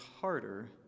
harder